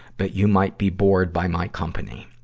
but you might be bored by my company.